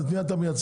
את מי אתה מייצג?